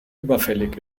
überfällig